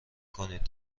کنید